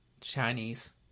Chinese